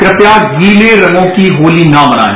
कृपया गीले रंगों की होती न मनाएं